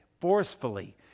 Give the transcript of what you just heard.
forcefully